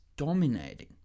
dominating